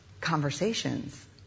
conversations